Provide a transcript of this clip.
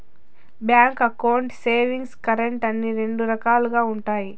bank అకౌంట్లు savings, current అని రెండు రకాలుగా ఉంటాయి